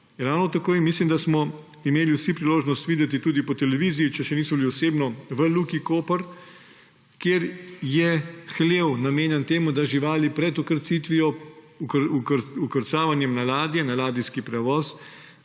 živali. Mislim, da smo imeli vsi priložnost videti tudi po televiziji, če še nismo bili osebno v Luki Koper, kjer je hlev namenjen temu, da živali pred vkrcavanjem na ladje, na ladijski prevoz